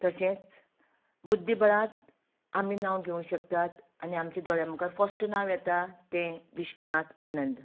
तशेंच बुध्दीबळांत आमी नांव घेवं शकतात आनी आमचें दोळ्यां मुखार फस्ट नांव येता तें विश्वनाथ आनंद